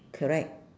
correct